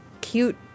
cute